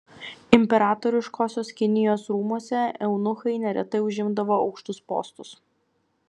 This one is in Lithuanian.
imperatoriškosios kinijos rūmuose eunuchai neretai užimdavo aukštus postus